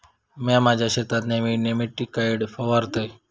म्या माझ्या शेतात नेयमी नेमॅटिकाइड फवारतय